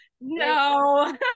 no